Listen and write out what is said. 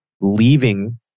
leaving